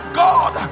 god